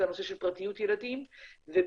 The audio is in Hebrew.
את הנושא של פרטיות ילדים ב.